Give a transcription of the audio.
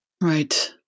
Right